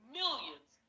millions